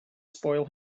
spoil